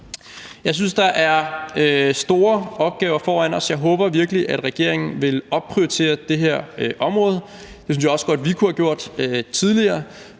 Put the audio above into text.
Jeg synes, der er store opgaver foran os. Jeg håber virkelig, at regeringen vil opprioritere det her område. Det synes jeg også godt vi kunne have gjort tidligere,